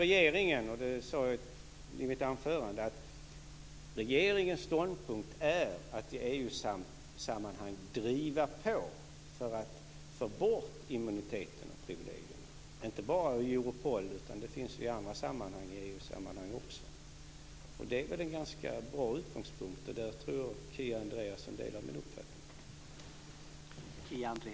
Regeringen säger, det sade jag i mitt anförande, att regeringens ståndpunkt är att i EU-sammanhang driva på för att få bort immuniteten och privilegierna, inte bara i Europol utan även i andra EU-sammanhang. Det är väl en ganska bra utgångspunkt. Där tror jag att Kia Andreasson delar min uppfattning.